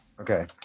Okay